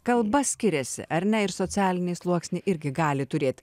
kalba skiriasi ar ne ir socialiniai sluoksniai irgi gali turėt